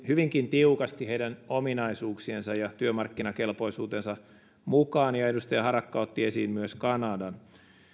hyvinkin tiukasti heidän ominaisuuksiensa ja työmarkkinakelpoisuutensa mukaan ja edustaja harakka otti esiin myös kanadan